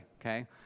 okay